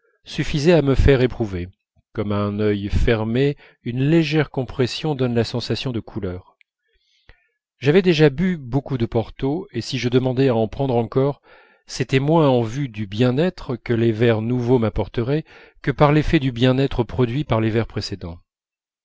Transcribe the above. suffisait à me faire éprouver comme à un œil fermé une légère compression donne la sensation de la couleur j'avais déjà bu beaucoup de porto et si je demandais à en prendre encore c'était moins en vue du bien-être que les verres nouveaux m'apporteraient que par l'effet du bien-être produit par les verres précédents